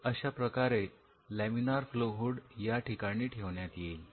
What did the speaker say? अशाप्रकारे laminar flow hood या ठिकाणी ठेवण्यात येईल